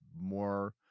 more